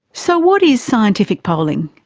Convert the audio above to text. so what is scientific polling?